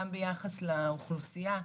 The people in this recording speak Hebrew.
גם ביחס לאוכלוסיה,